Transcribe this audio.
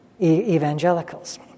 Evangelicals